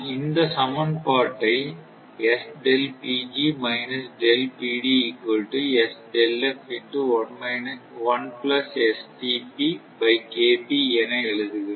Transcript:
இந்த சமன்பாட்டை என எழுதுகிறோம்